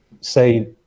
say